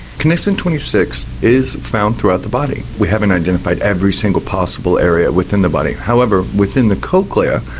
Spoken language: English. connexin twenty six is found throughout the body. we haven't identified every single possible area within the body. however, within the cochlear,